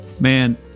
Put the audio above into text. man